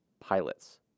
pilots